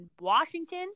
Washington